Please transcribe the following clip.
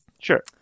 Sure